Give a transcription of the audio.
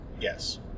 Yes